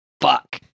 fuck